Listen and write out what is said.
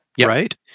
right